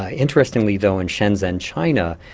ah interestingly though in shenzhen, china,